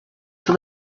for